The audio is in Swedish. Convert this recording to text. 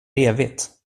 evigt